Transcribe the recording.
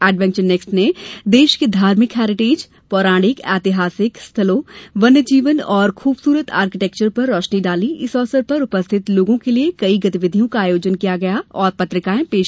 adventure next ने देश के धार्मिक हेरिटेज पौराणिक ऐतिहासिक स्थलों वन्यजीवन एवं खूबसूरत आर्कीटेक्चर पर रोशनी डाली इस अवसर पर उपस्थित लोगों के लिए कई गतिविधियों का आयोजन किया और पत्रिकाएं पेश की गईं